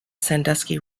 sandusky